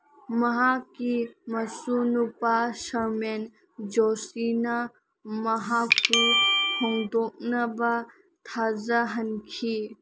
ꯃꯍꯥꯛꯀꯤ ꯃꯁꯨꯅꯨꯄꯥ ꯁꯔꯃꯦꯟ ꯖꯣꯁꯤꯅ ꯃꯍꯥꯛꯄꯨ ꯍꯣꯡꯗꯣꯛꯅꯕ ꯊꯥꯖꯍꯟꯈꯤ